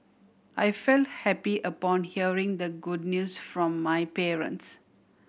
I feel happy upon hearing the good news from my parents